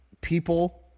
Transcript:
people